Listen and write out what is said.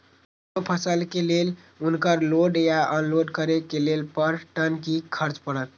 कोनो फसल के लेल उनकर लोड या अनलोड करे के लेल पर टन कि खर्च परत?